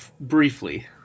Briefly